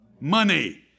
money